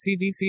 CDC